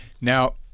Now